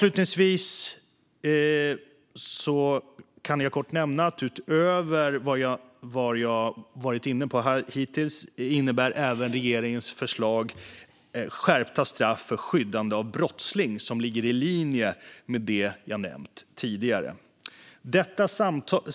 Utöver vad jag hittills varit inne på innebär regeringens förslag även skärpta straff för skyddande av brottsling, vilket ligger i linje med det jag nämnt tidigare. Fru talman!